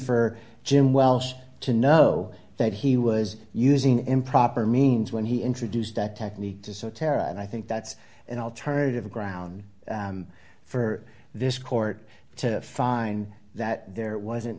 for jim welsh to know that he was using improper means when he introduced that technique to sow terror and i think that's an alternative ground for this court to find that there wasn't